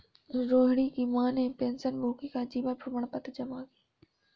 रोहिणी की माँ ने पेंशनभोगी का जीवन प्रमाण पत्र जमा की